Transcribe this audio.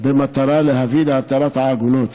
במטרה להביא להתרת העגונות.